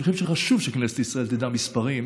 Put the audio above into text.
חשוב שכנסת ישראל תדע מספרים